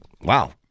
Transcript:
wow